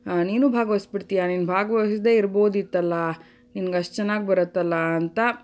ನೀನೂ ಭಾಗವಹಿಸ್ಬಿಡ್ತಿಯಾ ನೀನು ಭಾಗವಹಿಸ್ದೆ ಇರ್ಬೋದಿತ್ತಲ್ಲ ನಿನ್ಗೆ ಅಷ್ಟು ಚೆನ್ನಾಗಿ ಬರುತ್ತಲ್ಲಾ ಅಂತ